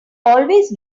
always